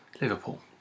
Liverpool